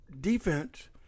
defense